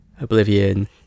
Oblivion